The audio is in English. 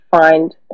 find